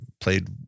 played